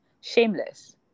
Shameless